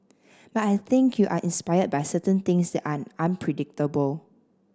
but I think you are inspired by certain things that are unpredictable